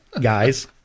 Guys